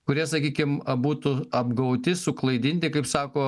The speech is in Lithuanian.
kurie sakykim būtų apgauti suklaidinti kaip sako